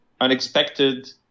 unexpected